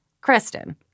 Kristen